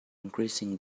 increasing